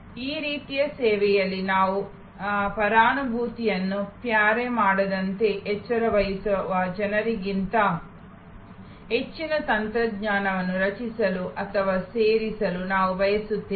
ಈ ರೀತಿಯ ಸೇವೆಯಲ್ಲಿ ನಾವು ಪರಾನುಭೂತಿಯನ್ನು ಸಜ್ಜುಮಾಡದಂತೆ ಎಚ್ಚರವಹಿಸುವ ಜನರಿಗಿಂತ ಹೆಚ್ಚಿನ ತಂತ್ರಜ್ಞಾನವನ್ನು ರಚಿಸಲು ಅಥವಾ ಸೇರಿಸಲು ನಾವು ಬಯಸುತ್ತೇವೆ